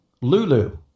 lulu